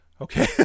Okay